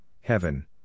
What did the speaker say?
heaven